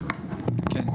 כן.